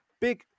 big